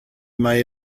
may